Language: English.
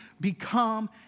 become